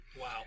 Wow